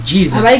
Jesus